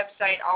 website